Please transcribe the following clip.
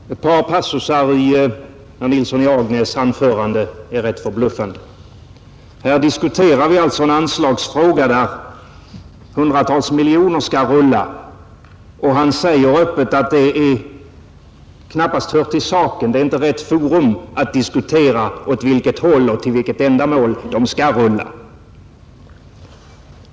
Herr talman! Ett par passusar i herr Nilssons i Agnäs anförande är ganska förbluffande. Här diskuterar vi alltså en anslagsfråga där hundratals miljoner kronor skall rulla, och han säger öppet att det knappast hör till saken — här är inte rätt forum att diskutera åt vilket håll och till vilket ändamål de skall rulla.